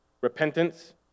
repentance